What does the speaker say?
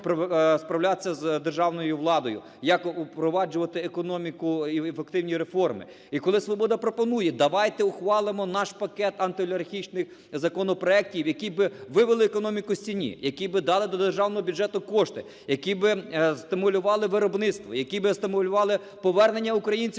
справлятися з державною владою, як впроваджувати економіку і ефективні реформи. І коли "Свобода" пропонує давайте ухвалимо наш пакет антиолігархічних законопроектів, які би вивели економіку з тіні, які би дали до державного бюджету кошти, які би стимулювали виробництво, які би стимулювали повернення українців